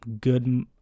good